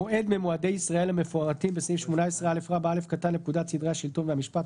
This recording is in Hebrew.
מועד ממועדי ישראל המפורטים בסעיף 18א(א) לפקודת סדרי השלטון והמשפט,